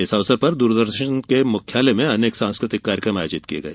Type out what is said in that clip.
इस अवसर पर दूरदर्शन के मुख्यालय में अनेक सांस्कृतिक कार्यक्रम आयोजित किए गए